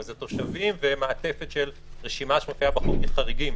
אבל זה תושבים במעטפת של רשימה שמופיעה בחוק כחריגים,